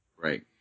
Right